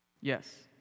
Yes